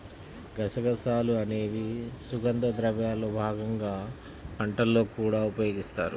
గసగసాలు అనేవి సుగంధ ద్రవ్యాల్లో భాగంగా వంటల్లో కూడా ఉపయోగిస్తారు